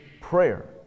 prayer